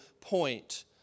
point